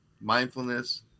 mindfulness